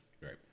Right